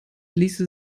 ließe